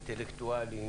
אינטלקטואלי,